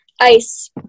ice